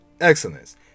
excellence